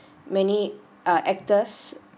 many uh actors